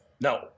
No